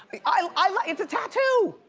i like, it's a tattoo.